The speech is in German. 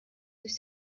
durch